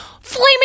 Flaming